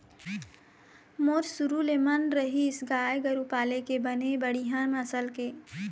मोर शुरु ले मन रहिस गाय गरु पाले के बने बड़िहा नसल के